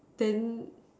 then